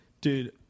Dude